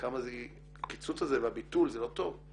כמה הקיצוץ הזה והביטול זה לא טוב.